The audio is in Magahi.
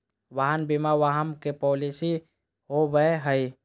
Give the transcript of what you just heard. वाहन बीमा वाहन के पॉलिसी हो बैय हइ